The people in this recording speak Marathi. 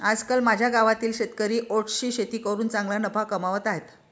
आजकाल माझ्या गावातील शेतकरी ओट्सची शेती करून चांगला नफा कमावत आहेत